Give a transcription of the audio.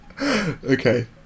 Okay